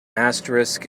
asterisk